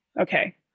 Okay